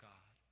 God